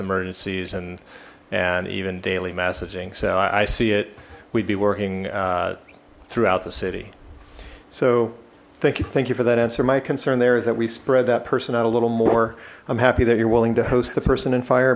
emergencies and and even daily messaging so i see it we'd be working throughout the city so thank you thank you for that answer my concern there is that we spread that person out a little more i'm happy that you're willing to host the person in fire